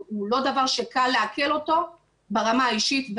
לא דבר שקל לעכל אותו ברמה האישית,